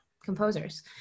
composers